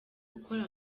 gukora